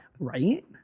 right